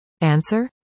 Answer